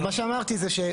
אז אני אשב במקומו.